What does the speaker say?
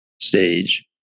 stage